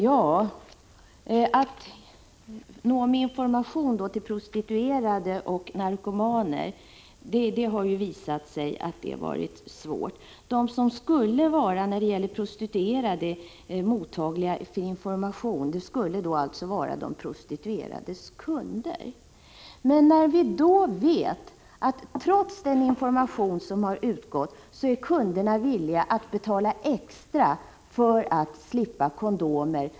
Ja, att nå ut med information till prostituerade och narkomaner har ju visat sig vara svårt. De som skulle vara mottagliga för information när det gäller prostituerade skulle möjligen vara deras kunder. Men som vi vet är kunderna trots den information som har gått ut villiga att betala extra för att slippa kondom.